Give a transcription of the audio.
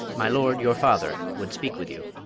my lord your father would speak with you.